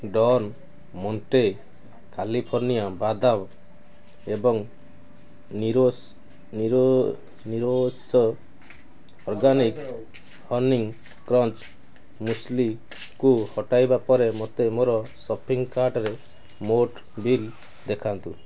don Monte California ବାଦାମ ଏବଂ ନିରଶ ଅର୍ଗାନିକ୍ ହନି କ୍ରଞ୍ଚ୍ ମୁସଲିକୁ ହଟାଇବା ପରେ ମୋତେ ମୋର ସପିଂ କାର୍ଟ୍ର ମୋଟ ବିଲ୍ ଦେଖାନ୍ତୁ